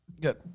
Good